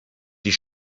die